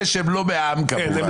אלה שהם לא מהעם כמובן...